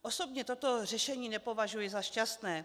Osobně toto řešení nepovažuji za šťastné.